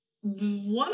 one